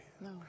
No